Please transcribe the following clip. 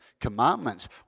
Commandments